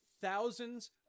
thousands